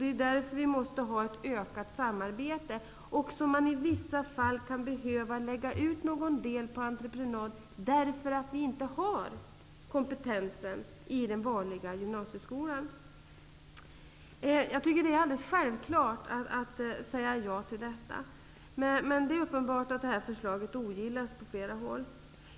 Det är därför som vi måste få till stånd ett ökat samarbete. Det är också därför som man i vissa fall kan behöva lägga ut någon del på entreprenad -- vi har kanske inte kompetensen i den vanliga gymnasieskolan. Jag tycker att det är självklart att man skall säga ja till detta. Men det är uppenbart att det förslaget ogillas på flera håll.